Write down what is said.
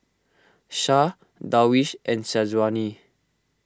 Shah Darwish and Syazwani